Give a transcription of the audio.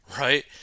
Right